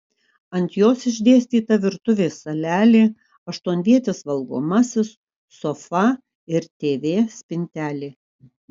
ant jos išdėstyta virtuvės salelė aštuonvietis valgomasis sofa ir tv spintelė